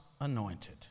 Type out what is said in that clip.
anointed